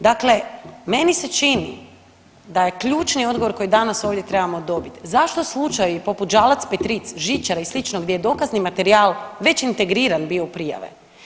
Dakle, meni se čini da je ključni odgovor koji danas ovdje trebamo dobiti, zašto slučaji poput Žalac-Petric, žičara i sl. gdje je dokazni materijal već integriran bio u prijave?